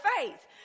faith